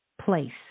place